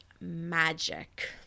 magic